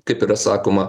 kaip yra sakoma